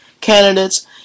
candidates